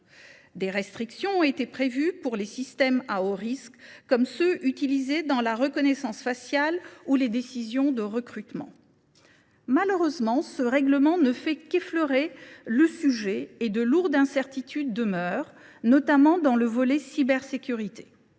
Des restrictions ont été prévues pour les systèmes à haut risque, comme ceux qui sont utilisés dans les domaines de la reconnaissance faciale ou du recrutement. Malheureusement, ce règlement ne fait qu’effleurer le sujet et de lourdes incertitudes demeurent, notamment dans le volet relatif